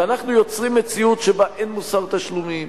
ואנחנו יוצרים מציאות שבה אין מוסר תשלומים,